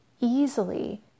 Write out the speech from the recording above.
easily